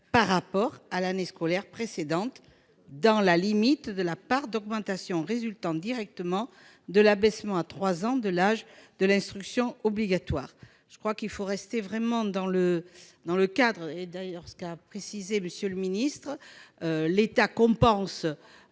par rapport à l'année scolaire précédente, dans la limite de la part d'augmentation résultant directement de l'abaissement à 3 ans de l'âge de l'instruction obligatoire. Je crois qu'il faut vraiment nous en tenir au cadre qu'a précisé M. le ministre : l'État compense